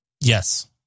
Yes